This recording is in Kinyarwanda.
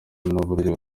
n’uburyo